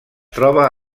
troba